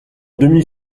demi